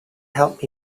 help